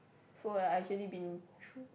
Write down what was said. so like I actually been through